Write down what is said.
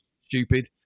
stupid